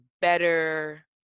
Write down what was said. better